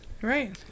Right